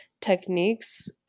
techniques